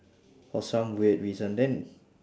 for some weird reason then